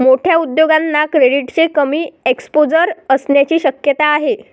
मोठ्या उद्योगांना क्रेडिटचे कमी एक्सपोजर असण्याची शक्यता आहे